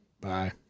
Bye